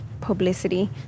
publicity